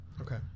Okay